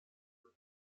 主体